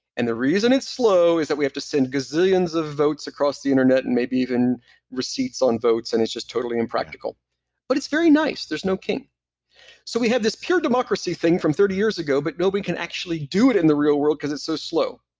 and the reason it's slow is that we have to send gazillions of votes across the internet and maybe even receipts on votes, and it's just totally impractical but it's very nice, there's no king so we have this pure democracy thing from thirty years ago, but nobody can actually do it in the real world cause it's so slow.